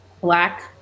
Black